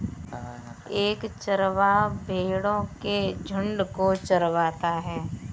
एक चरवाहा भेड़ो के झुंड को चरवाता है